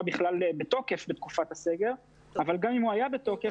בכלל בתוקף בתקופת הסגר אבל גם אם הוא היה בתוקף,